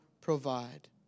provide